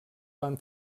van